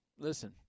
Listen